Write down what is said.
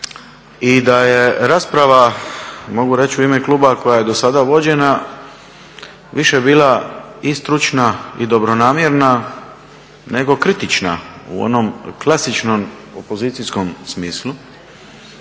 i da je rasprava mogu reći u ime kluba koja je dosada vođena više bila i stručna i dobronamjerna, nego kritična u onom klasičnom opozicijskom smislu